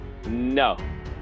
No